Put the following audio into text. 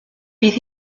bydd